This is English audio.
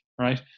right